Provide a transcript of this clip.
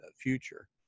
future